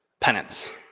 penance